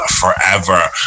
forever